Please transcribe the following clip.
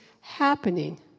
happening